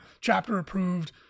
chapter-approved